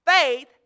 Faith